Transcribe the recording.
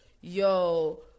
yo